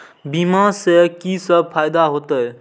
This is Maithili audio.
बीमा से की सब फायदा होते?